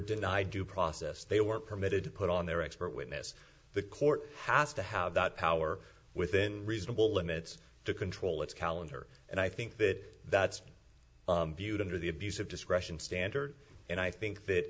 denied due process they were permitted to put on their expert witness the court has to have that power within reasonable limits to control its calendar and i think that that's viewed into the abuse of discretion standard and i think